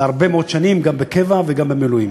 גם בקבע וגם במילואים.